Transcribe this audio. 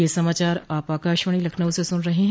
ब्रे क यह समाचार आप आकाशवाणी लखनऊ से सुन रहे हैं